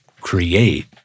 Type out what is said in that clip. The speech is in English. create